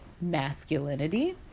masculinity